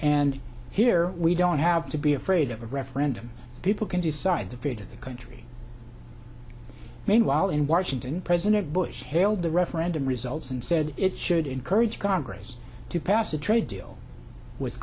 and here we don't have to be afraid of a referendum people can decide the fate of the country meanwhile in washington president bush hailed the referendum results and said it should encourage congress to pass a trade deal with